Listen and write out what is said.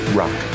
rock